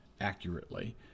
accurately